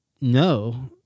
No